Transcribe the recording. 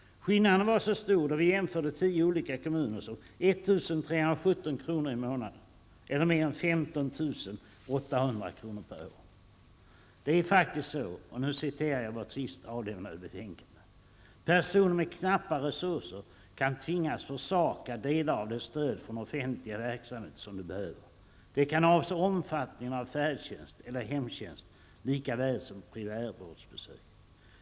Skillnaden är så stor, det framkom då vi jämförde tio olika kommuner, som 1 317 kr. i månaden, eller mer än 15 800 kr. per år. Det är faktiskt så här, och nu citerar jag ur vårt senast avlämnade betänkande: ''Personer med knappa resurser kan tvingas försaka delar av det stöd från offentliga verksamheter som de behöver. Det kan avse omfattningen av färdtjänst eller hemtjänst likaväl som primärvårdsbesök.